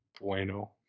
Bueno